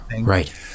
right